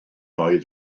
oedd